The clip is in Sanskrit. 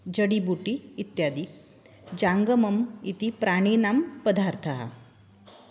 जडिबूटि इत्यादि जाङ्गमम् इति प्राणिनां पदार्थः